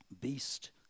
beast